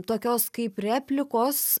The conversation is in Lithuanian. tokios kaip replikos